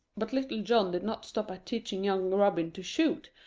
but little john did not stop at teaching young robin to shoot,